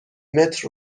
متر